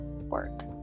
work